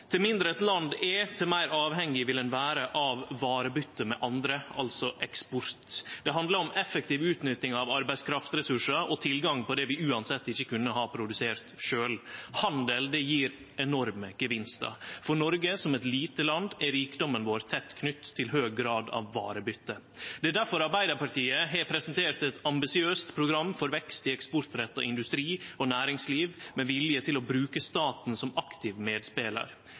Til mindre eit land er, til meir avhengig vil ein vere av varebyte med andre, altså eksport. Det handlar om effektiv utnytting av arbeidskraftressursar og tilgang på det vi uansett ikkje kunne ha produsert sjølve. Handel gjev enorme gevinstar. For Noreg, som er eit lite land, er rikdomen vår tett knytt til varebyte. Det er difor Arbeidarpartiet har presentert eit ambisiøst program for vekst i eksportretta industri og næringsliv med vilje til å bruke staten som aktiv medspelar.